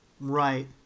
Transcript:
Right